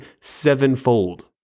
sevenfold